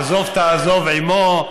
"עזוב תעזוב עימו".